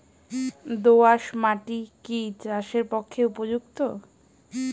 দোআঁশ মাটি কি চাষের পক্ষে উপযুক্ত?